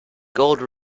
gold